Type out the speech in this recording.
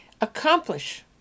accomplish